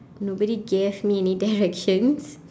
nobody gave me any directions